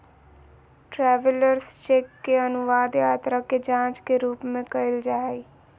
travellers cheque के अनुवाद यात्रा के जांच के रूप में कइल जा हइ